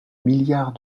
milliard